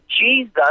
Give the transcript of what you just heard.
Jesus